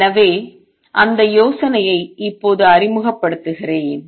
எனவே அந்த யோசனையை இப்போது அறிமுகப்படுத்துகிறேன்